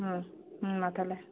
ᱦᱮᱸ ᱦᱮᱸ ᱢᱟ ᱛᱟᱞᱦᱮ